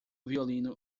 violino